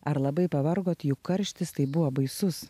ar labai pavargot juk karštis tai buvo baisus